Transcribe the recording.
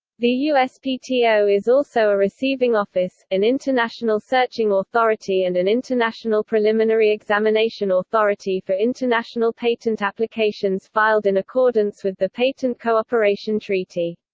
the uspto is also a receiving office, an international searching authority and an international preliminary examination authority for international patent applications filed in accordance with the patent cooperation treaty.